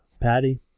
Patty